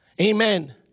Amen